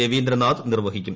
രവീന്ദ്രനാഥ് നിർവഹിക്കും